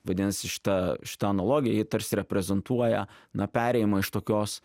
vadinasi šita šita analogija ji tarsi reprezentuoja na perėjimą iš tokios